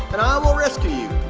and i will rescue you,